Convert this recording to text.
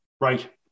Right